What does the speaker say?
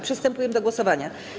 Przystępujemy do głosowania.